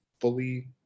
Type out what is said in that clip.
fully